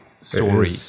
story